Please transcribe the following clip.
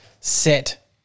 set